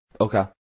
Okay